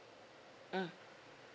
mm